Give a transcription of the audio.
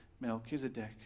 Melchizedek